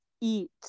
eat